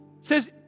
says